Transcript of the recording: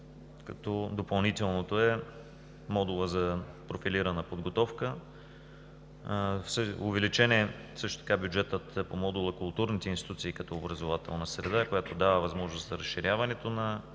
като допълнителното е модулът за профилирана подготовка. Увеличен е също така бюджетът по модула „Културните институции като образователна среда“, която дава възможност за разширяването на